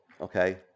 okay